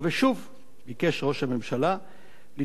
ביקש ראש הממשלה לדחות ולדחות.